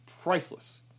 priceless